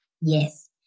Yes